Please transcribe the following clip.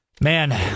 man